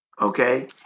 Okay